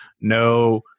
no